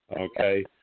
okay